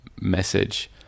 message